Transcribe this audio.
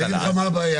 אני אגיד לך מה הבעיה,